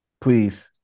Please